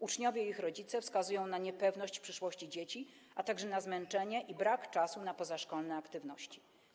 Uczniowie i ich rodzice wskazują na niepewność przyszłości dzieci, a także na zmęczenie i brak czasu na pozaszkolne aktywności.